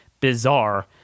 bizarre